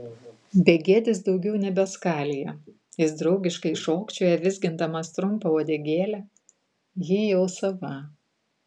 begėdis daugiau nebeskalija jis draugiškai šokčioja vizgindamas trumpą uodegėlę ji jau sava